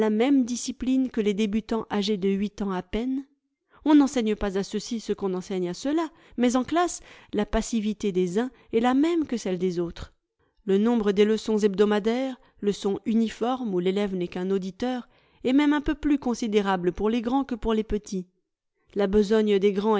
même discipline que les débutants âgés de huit ans à peine on n'enseigne pas à ceux-ci ce qu'on enseigne à ceux-là mais en classe la passivité des uns est la même que celle des autres le nombre des leçons hebdomadaires leçons uniformes où l'élève n'est qu'un auditeur est même un peu plus considérable pour les grands que pour les petits la besogne des grands